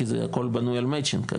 כי זה הכל בנוי על מצ'ינג.